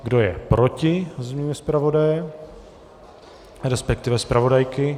Kdo je proti změně zpravodaje resp. zpravodajky?